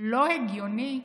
לא הגיוני,